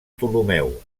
ptolemeu